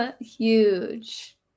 huge